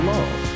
Love